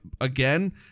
again